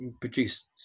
produce